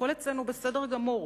הכול אצלנו בסדר גמור.